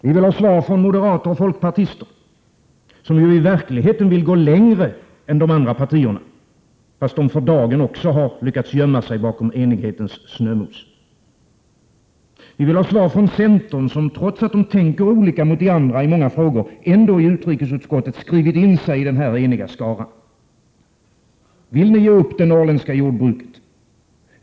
Vi vill ha svar från moderater och folkpartister, som ju i verkligheten vill gå längre än de andra partierna, fast de för dagen också har lyckats gömma sig bakom enighetens snömos: Vi vill ha svar från centerpartisterna, som trots att de tänker olika mot de andra i många frågor ändå i utrikesutskottet skrivit in sig i den eniga skaran. Vill ni ge upp det norrländska jordbruket?